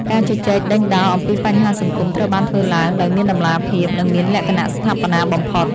ការជជែកដេញដោលអំពីបញ្ហាសង្គមត្រូវបានធ្វើឡើងដោយមានតម្លាភាព និងមានលក្ខណៈស្ថាបនាបំផុត។